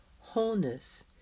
Wholeness